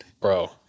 Bro